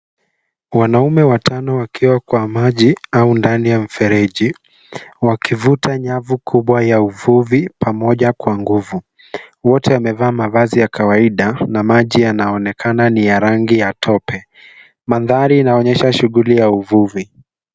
Wanaume watano wakiwa kwa maji au ndani ya mifereji wakivuta nyavu kubwa ya uvuvi pamoja kwa nguvu. Wote wamevaa mavazi ya kawaida na maji yanaonekana ni ya rangi ya tope. Mandhari inaonyesha shughuli ya uvuvi.